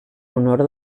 honor